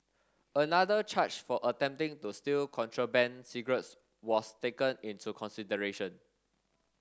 another charge for attempting to steal contraband cigarettes was taken into consideration